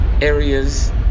areas